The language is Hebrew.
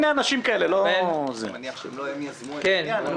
אני מניח שלא הם יזמו את העניין.